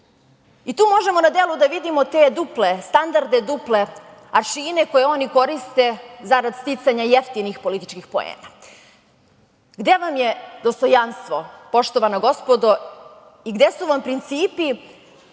Tu možemo na delu da vidimo te duple standarde, duple aršine koje oni koriste zarad sticanja jeftinih političkih poena. Gde vam je dostojanstvo, poštovana gospodo, i gde su vam principi,